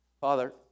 Father